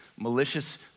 Malicious